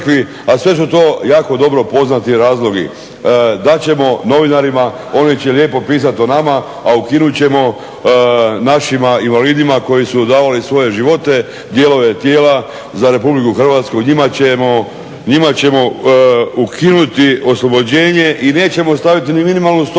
a sve su to jako dobro poznati razlogi. Dat ćemo novinarima, oni će lijepo pisati o nama, a ukinut ćemo našima invalidima koji su davali svoje živote, dijelove tijela za Republiku Hrvatsku. Njima ćemo ukinuti oslobođenje i nećemo staviti ni minimalnu stopu,